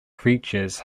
creatures